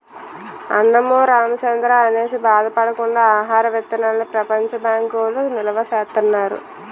అన్నమో రామచంద్రా అనేసి బాధ పడకుండా ఆహార విత్తనాల్ని ప్రపంచ బ్యాంకు వౌళ్ళు నిలవా సేత్తన్నారు